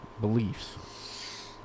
beliefs